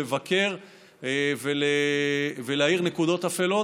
לבקר ולהאיר נקודות אפלות.